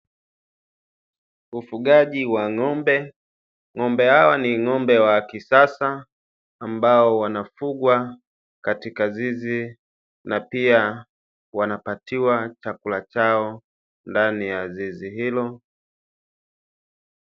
Ufugaji wa ng'ombe, ng'ombe hawa ni ng'ombe wa kisasa ambao wanafugwa katika zizi na pia wanapatiwa chakula chao ndani ya zizi hilo.